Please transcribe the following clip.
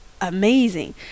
amazing